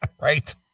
Right